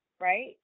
right